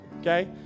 okay